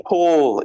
Paul